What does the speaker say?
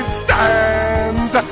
stand